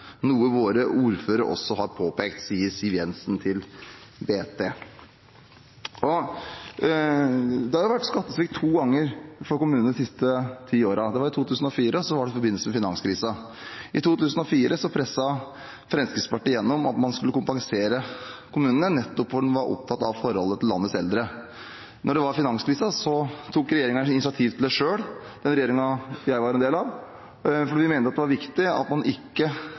noe våre ordførere også har påpekt.» Det har vært skattesvikt for kommunene to ganger de siste ti årene – det var i 2004, og så var det i forbindelse med finanskrisen. I 2004 presset Fremskrittspartiet gjennom at man skulle kompensere kommunene, nettopp fordi man var opptatt av forholdet til landets eldre. Da det var finanskrise, tok regjeringen initiativ til det selv, den regjeringen jeg var en del av, fordi vi mente at det var viktig at man ikke